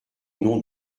nom